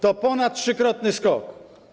To ponadtrzykrotny skok.